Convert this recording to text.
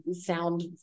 sound